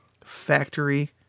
factory